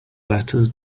letters